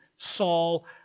Saul